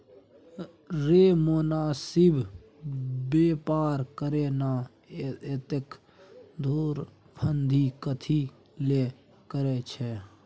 रे मोनासिब बेपार करे ना, एतेक धुरफंदी कथी लेल करय छैं?